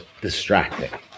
distracting